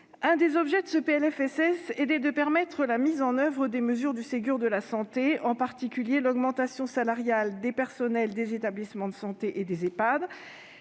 L'un des objets de ce PLFSS était de permettre la mise en oeuvre des mesures du Ségur de la santé, en particulier l'augmentation salariale des personnels des établissements de santé et des Ehpad,